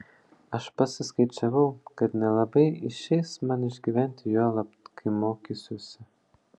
aš pasiskaičiavau kad nelabai išeis man išgyventi juolab kai mokysiuosi